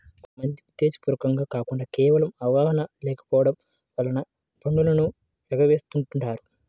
కొంత మంది ఉద్దేశ్యపూర్వకంగా కాకుండా కేవలం అవగాహన లేకపోవడం వలన పన్నులను ఎగవేస్తుంటారు